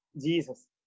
Jesus